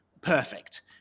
perfect